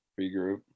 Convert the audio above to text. regroup